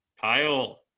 Kyle